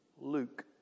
Luke